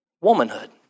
womanhood